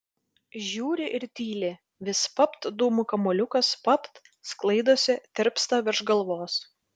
žiūri ir tyli vis papt dūmų kamuoliukas papt sklaidosi tirpsta virš galvos